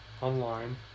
online